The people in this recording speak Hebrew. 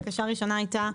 הבקשה הראשונה הייתה,